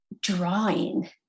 drawing